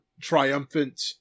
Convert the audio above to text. triumphant